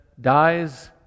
dies